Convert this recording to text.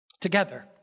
together